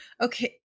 Okay